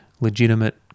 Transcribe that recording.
legitimate